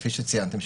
כפי שציינתם,